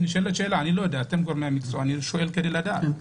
אני שואל את גורמי המקצוע כדי לדעת.